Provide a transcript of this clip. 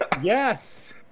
Yes